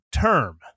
term